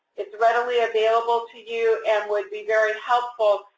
it's readily available to you and would be very helpful,